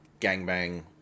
gangbang